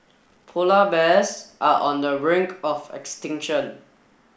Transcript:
polar bears are on the brink of extinction